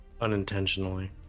Unintentionally